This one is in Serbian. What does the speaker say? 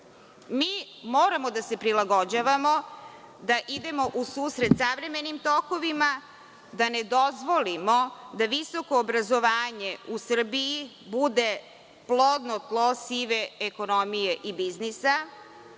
Moramo da se prilagođavamo da idemo u susret savremenim tokovima, da ne dozvolimo da visoko obrazovanje u Srbiji bude plodno tlo sive ekonomije i biznisa,